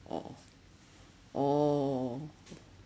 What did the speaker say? oh oh